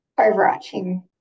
overarching